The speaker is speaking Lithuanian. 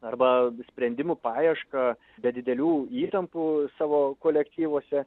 arba sprendimų paiešką be didelių įtampų savo kolektyvuose